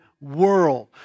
world